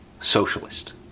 socialist